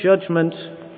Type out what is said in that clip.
judgment